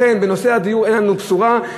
לכן בנושא הדיור אין לנו בשורה,